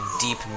deep